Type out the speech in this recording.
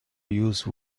use